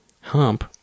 hump